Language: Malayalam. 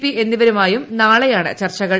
പി എന്നിവരുമായി നാളെയാണ് ചർച്ചകൾ